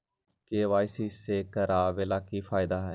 KYC करवाबे के कि फायदा है?